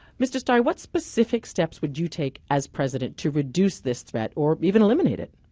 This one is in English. mr. steyer, what specific steps would you take as president to reduce this threat or even eliminate it?